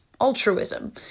altruism